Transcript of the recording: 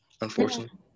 unfortunately